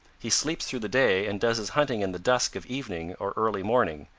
he sleeps through the day and does his hunting in the dusk of evening or early morning,